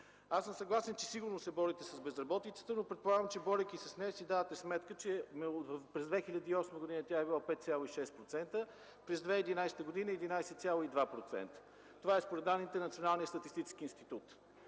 Аз съм съгласен, че сигурно се борите с безработицата, но предполагам, че борейки се с нея, си давате сметка, че през 2008 г. тя е била 5,6%, през 2011 г. – 11,2%. Това е според данните на Националния статистически институт.